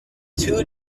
two